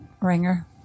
ringer